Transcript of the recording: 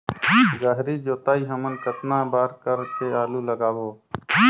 गहरी जोताई हमन कतना बार कर के आलू लगाबो?